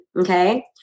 Okay